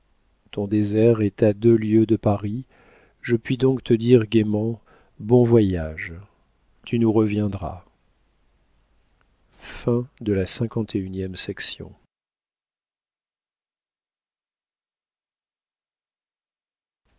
ton désert est à deux lieues de paris je puis donc te dire gaiement bon voyage tu nous reviendras